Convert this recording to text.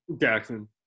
Jackson